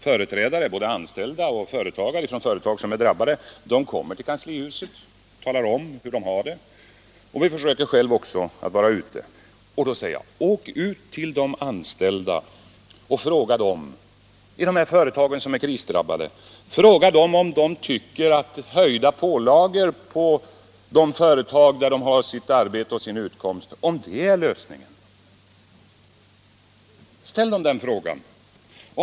Företrädare — både företagare och anställda — för företag som är drabbade kommer till kanslihuset och talar om hur de har det, och vi försöker också själva att vara ute. Då säger jag: Åk ut till de anställda i krisdrabbade företag och fråga dem om de tycker att höjda pålagor på företagen där de har sitt arbete och sin utkomst är lösningen!